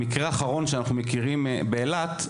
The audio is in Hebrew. המקרה האחרון שאנחנו מכירים באילת,